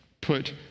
put